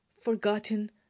forgotten